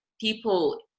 people